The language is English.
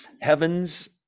heavens